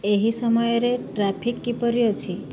ଏହି ସମୟରେ ଟ୍ରାଫିକ୍ କିପରି ଅଛି